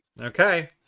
Okay